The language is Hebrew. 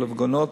להפגנות.